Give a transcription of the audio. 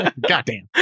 Goddamn